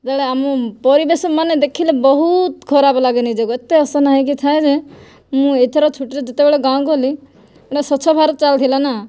ବେଳେ ଆମ ପରିବେଶ ମାନେ ଦେଖିଲେ ବହୁତ ଖରାପ ଲାଗେ ନିଜକୁ ଏତେ ଅସନା ହୋଇକିଥାଏ ଯେ ମୁଁ ଏଥର ଛୁଟିରେ ଯେତେବେଳେ ଗାଁକୁ ଗଲି ଗୋଟେ ସ୍ଵଚ୍ଛ ଭାରତ ଚାଲିଥିଲା ନା